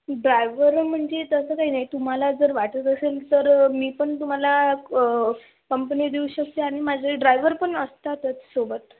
driver म्हणजे तसं काही नाही तुम्हाला जर वाटत असेल तर मी पण तुम्हाला क कंपनी देऊ शकते आणि माझे ड्रायव्हर पण असतातच सोबत